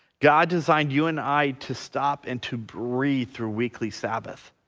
god designed you and i to stop and to breathe through weekly sabbath.